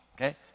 Okay